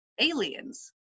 aliens